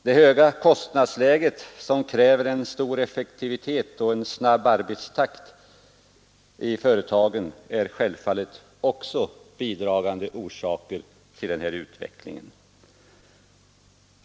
Det höga kostnadsläget, som kräver stor effektivitet och en snabb arbetstakt i företagen, är självfallet också en bidragande orsak till den här utvecklingen.